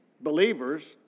believers